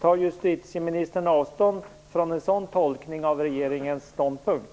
Tar justitieministern avstånd från en sådan tolkning av regeringens ståndpunkt?